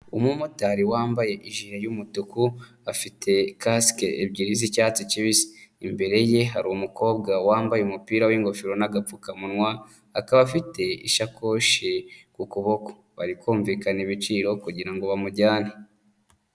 Umumotari wambaye ijipo y'umutuku, afite kasike ebyiri z'icyatsi kibisi, imbere ye hari umukobwa wambaye umupira w'ingofero n'agapfukamunwa, akaba afite ishakoshi ku kuboko, bari kumvikana ibiciro kugira ngo bamujyane.